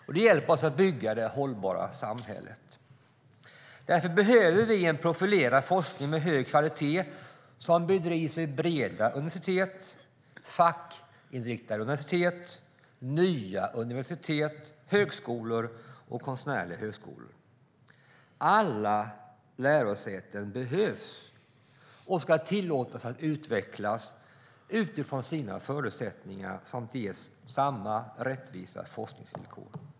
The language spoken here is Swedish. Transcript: Det hjälper alltså till att bygga det hållbara samhället. Därför behöver vi en profilerad forskning med hög kvalitet som bedrivs vid breda universitet, fackinriktade universitet, nya universitet, högskolor och konstnärliga högskolor. Alla lärosäten behövs och ska tillåtas att utvecklas utifrån sina förutsättningar samt ges samma rättvisa forskningsvillkor.